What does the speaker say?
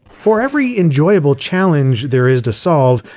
for every enjoyable challenge there is to solve,